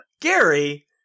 Gary